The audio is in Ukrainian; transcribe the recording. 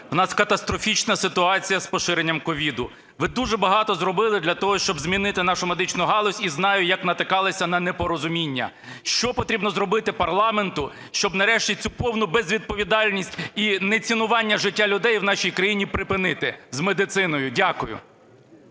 У нас катастрофічна ситуація з поширенням COVID. Ви дуже багато зробили для того, щоб змінити нашу медичну галузь, і знаю, як натикалися на непорозуміння. Що потрібно зробити парламенту, щоб нарешті цю повну безвідповідальність і нецінування життя людей в нашій країні припинити з медициною? Дякую.